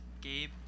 Gabe